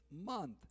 month